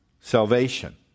salvation